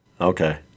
Okay